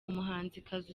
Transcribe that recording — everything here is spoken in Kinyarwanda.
umuhanzikazi